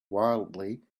wildly